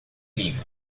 livro